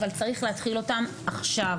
אבל צריך להתחיל אותן עכשיו.